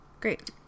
Great